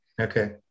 Okay